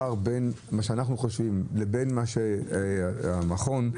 בנושא הרפואי הפער בין מה שאנחנו חושבים לבין מה שהמכון חושב,